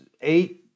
eight